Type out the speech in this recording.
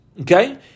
Okay